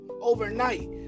overnight